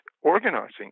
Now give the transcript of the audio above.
organizing